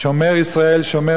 שומר שארית ישראל,